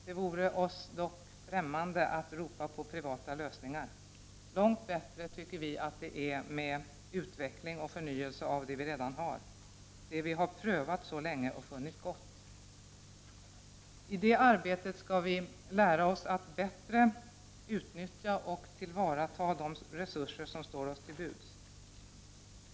Det vore oss dock främmande att ropa på privata lösningar. Vi tycker att det är långt bättre med utveckling och förnyelse av det vi redan har, det vi prövat länge och funnit gott. I det arbetet skall vi lära oss att bättre utnyttja och tillvarata de resurser som står oss till buds.